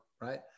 right